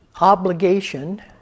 obligation